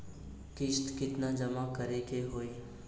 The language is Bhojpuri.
किस्त केतना जमा करे के होई?